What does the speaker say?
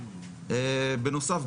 בנוסף,